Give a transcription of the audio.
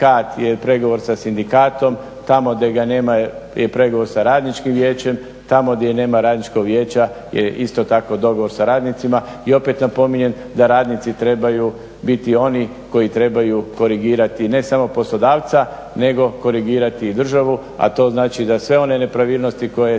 sindikat je pregovori sa sindikatom. Tamo gdje ga nema je pregovor sa radničkim vijećem, tamo gdje nama radničkog vijeća je isto tako dogovor sa radnicima. I opet napominjem da radnici trebaju biti oni koji trebaju korigirati ne samo poslodavca nego korigirati i državu, a to znači da sve one nepravilnosti koje